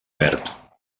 verd